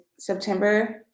September